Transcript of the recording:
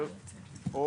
אז המצב הזה לא השתנה.